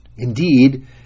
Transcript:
Indeed